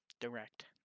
direct